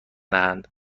دهند